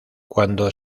cuando